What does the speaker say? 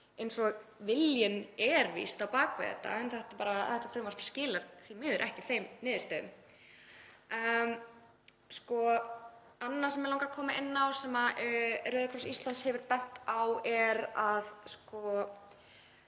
eins og viljinn er víst á bak við þetta. Þetta frumvarp skilar því miður ekki þeim niðurstöðum. Annað sem mig langar að koma inn á sem Rauði krossinn á Íslandi hefur bent á er að